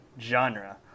genre